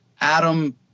Adam